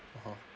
(uh huh)